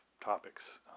topics